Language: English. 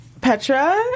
Petra